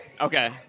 Okay